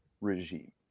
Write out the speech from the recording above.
regime